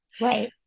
Right